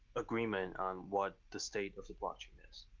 agreement on what the state of the blockchain is.